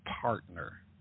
partner